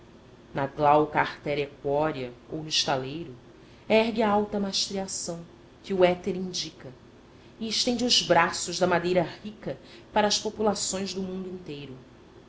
artéria equórea ou no estaleiro ergue a alma mastreação que o éter indica e estende os braços da madeira rica para as populações do mundo inteiro